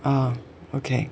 ah okay